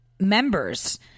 members